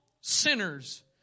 sinners